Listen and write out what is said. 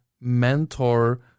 mentor